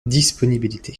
disponibilité